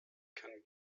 kann